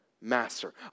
master